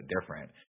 different